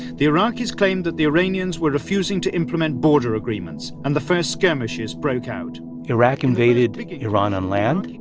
the iraqis claimed that the iranians were refusing to implement border agreements, and the first skirmishes broke out iraq invaded iran on land.